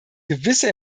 gewisse